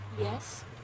Yes